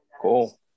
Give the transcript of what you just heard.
Cool